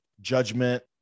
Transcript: judgment